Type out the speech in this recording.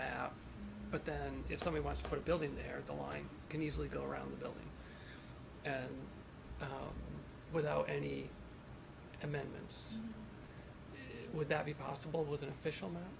out but then if somebody wants to put a building there the line can easily go around the building without any amendments would that be possible with an official